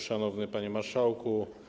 Szanowny Panie Marszałku!